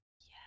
Yes